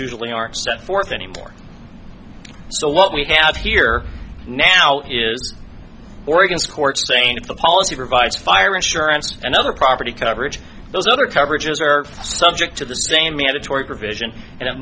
usually aren't set forth any more so what we have here now is oregon's court saying that the policy provides fire insurance and other property coverage those other coverages are subject to the same mandatory provision and it